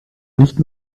nicht